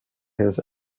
his